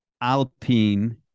Alpine